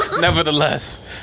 Nevertheless